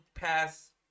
pass